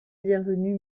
bienvenu